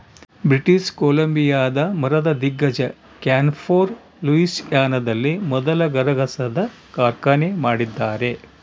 British ಕೊಲಂಬಿಯಾದ ಮರದ ದಿಗ್ಗಜ ಕ್ಯಾನ್ಫೋರ್ ಲೂಯಿಸಿಯಾನದಲ್ಲಿ ಮೊದಲ ಗರಗಸದ ಕಾರ್ಖಾನೆ ಮಾಡಿದ್ದಾರೆ